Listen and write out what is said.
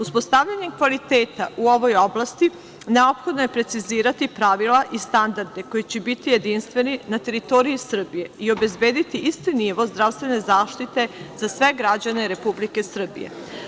Uspostavljanje kvaliteta u ovoj oblasti neophodno je precizirati pravila i standarde koji će biti jedinstveni na teritoriji Srbije i obezbediti jedinstven nivo zdravstvene zaštite za sve građane Republike Srbije.